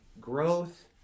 growth